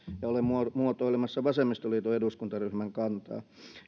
ja olen muotoilemassa vasemmistoliiton eduskuntaryhmän kantaa